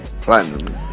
platinum